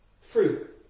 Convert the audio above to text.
Fruit